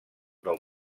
del